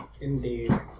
Indeed